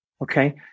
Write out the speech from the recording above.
okay